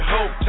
Hope